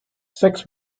sex